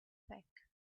back